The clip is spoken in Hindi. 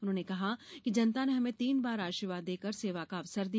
उन्होंने कहा कि जनता ने हमें तीन बार आशीर्वाद देकर सेवा का अवसर दिया